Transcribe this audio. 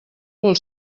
vol